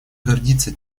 гордится